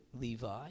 Levi